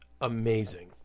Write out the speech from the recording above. amazing